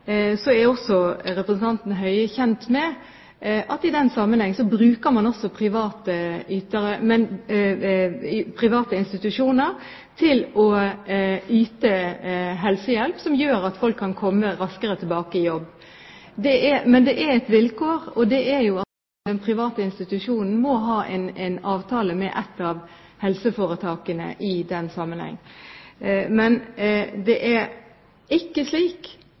er også representanten Høie kjent med at man i den sammenheng også bruker private institusjoner til å yte helsehjelp. Det gjør at folk kan komme raskere tilbake i jobb. Det er imidlertid et vilkår, og det er at den private institusjonen må ha en avtale med et av helseforetakene i den sammenheng. Men det er ikke slik